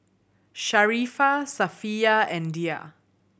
Sharifah Safiya and Dhia